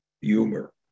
humor